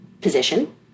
position